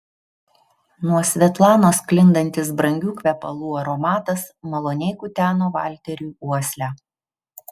nuo svetlanos sklindantis brangių kvepalų aromatas maloniai kuteno valteriui uoslę